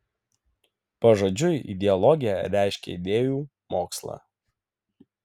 pažodžiui ideologija reiškia idėjų mokslą